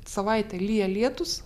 savaitę lyja lietus